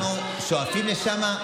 אנחנו שואפים לשם.